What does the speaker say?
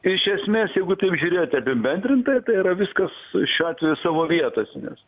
iš esmės jeigu taip žiūrėti apibendrintai tai yra viskas su šiuo atveju savo vietose nes